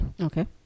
Okay